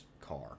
car